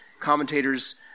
commentators